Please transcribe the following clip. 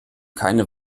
keine